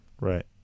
Right